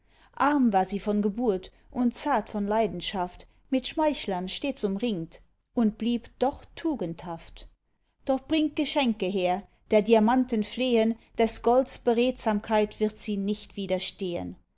arm war sie von geburt und zart von leidenschaft mit schmeichlern stets umringt und blieb doch tugendhaft doch bringt geschenke her der diamanten flehen des golds beredsamkeit wird sie nicht widerstehen